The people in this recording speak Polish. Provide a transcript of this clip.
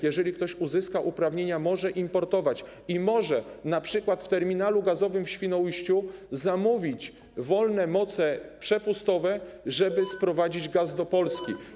Jeżeli ktoś uzyskał uprawnienia, może importować, i może np. w terminalu gazowym w Świnoujściu zamówić wolne moce przepustowe, żeby sprowadzić gaz do Polski.